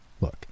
Look